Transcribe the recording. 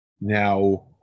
Now